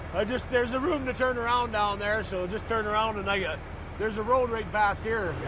just there's room to turn around down there, so just turn around and yeah there's a road right past here.